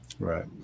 Right